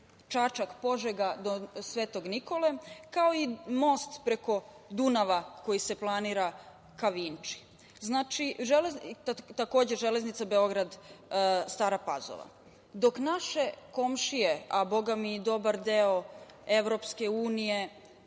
Čačak-Požega do Svetog Nikole, kao i most preko Dunava koji se planira ka Vinči. Takođe, Železnica Beograd-Stara Pazova. Dok naše komšije, a bogami i dobar deo EU ni